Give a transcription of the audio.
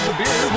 beer